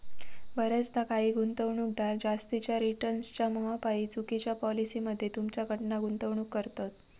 बऱ्याचदा काही गुंतवणूकदार जास्तीच्या रिटर्न्सच्या मोहापायी चुकिच्या पॉलिसी मध्ये तुमच्याकडना गुंतवणूक करवतत